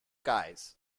guys